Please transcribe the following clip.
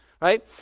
Right